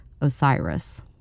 Osiris